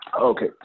Okay